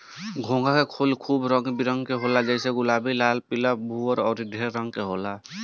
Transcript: घोंघा के खोल खूब रंग बिरंग होला जइसे गुलाबी, लाल, पीला, भूअर अउर ढेर रंग में होला